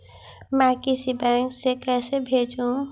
मैं किसी बैंक से कैसे भेजेऊ